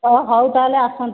ହଉ ତାହେଲେ ଆସନ୍ତୁ